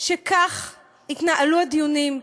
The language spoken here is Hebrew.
שכך יתנהלו הדיונים,